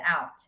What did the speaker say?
out